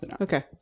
Okay